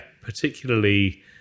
particularly